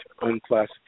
unclassified